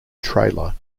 trailer